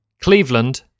Cleveland